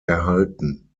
erhalten